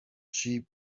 sheep